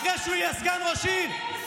אחרי שהוא יהיה סגן ראש עיר?